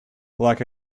like